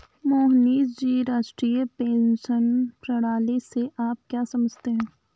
मोहनीश जी, राष्ट्रीय पेंशन प्रणाली से आप क्या समझते है?